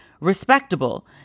RESPECTABLE